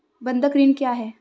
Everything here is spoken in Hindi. बंधक ऋण क्या है?